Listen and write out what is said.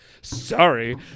sorry